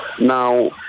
Now